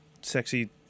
sexy